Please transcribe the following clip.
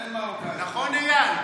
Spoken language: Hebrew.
נכון, איל?